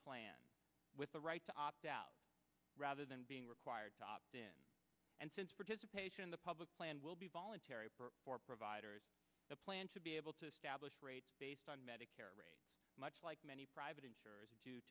plan with the right to opt out rather than being required to opt in and since participation in the public plan will be voluntary for providers the plan to be able to establish rates based on medicare much like many private insurers